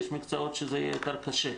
ויש מקצועות שזה יהיה יותר קשה.